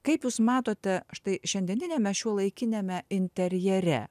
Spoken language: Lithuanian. kaip jūs matote štai šiandieniniame šiuolaikiniame interjere